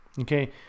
Okay